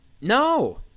No